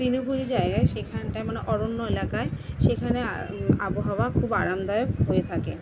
তৃণভোজী জায়গায় সেখানটায় মানে অরণ্য এলাকায় সেখানে আবহাওয়া খুব আরামদায়ক হয়ে থাকে